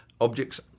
objects